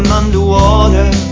underwater